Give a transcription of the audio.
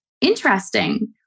interesting